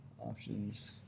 Options